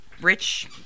rich